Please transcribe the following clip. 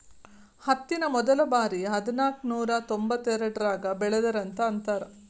ಹತ್ತಿನ ಮೊದಲಬಾರಿ ಹದನಾಕನೂರಾ ತೊಂಬತ್ತೆರಡರಾಗ ಬೆಳದರಂತ ಅಂತಾರ